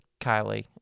Kylie